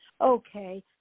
Okay